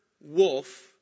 wolf